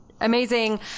amazing